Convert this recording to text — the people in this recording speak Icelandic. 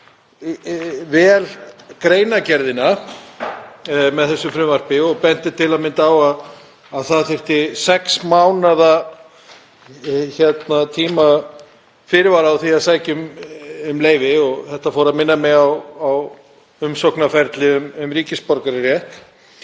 lesið vel greinargerðina með þessu frumvarpi. Hann benti til að mynda á að það þyrfti sex mánaða fyrirvara á því að sækja um leyfi. Þetta fór að minna mig á umsóknarferli um ríkisborgararétt